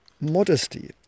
modesty